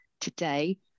today